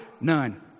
None